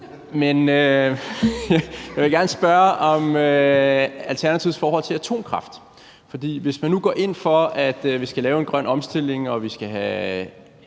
Jeg vil gerne spørge om Alternativets forhold til atomkraft. For hvis man nu går ind for, at vi skal lave en grøn omstilling og vi skal have